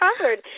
covered